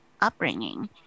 upbringing